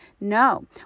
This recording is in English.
No